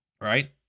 right